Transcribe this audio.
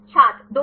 छात्र 210